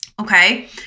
Okay